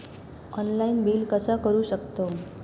Online bill कसा करु शकतव?